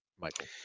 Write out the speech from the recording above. Michael